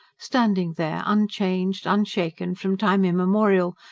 standing there unchanged, unshaken, from time immemorial,